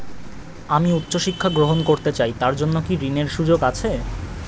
আমি উচ্চ শিক্ষা গ্রহণ করতে চাই তার জন্য কি ঋনের সুযোগ আছে?